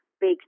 big